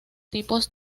tipos